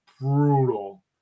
brutal